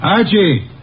Archie